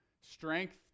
Strength